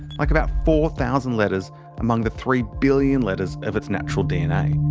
like about four thousand letters among the three billion letters of its natural dna.